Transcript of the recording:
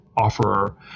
offerer